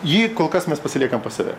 jį kol kas mes pasiliekam pas save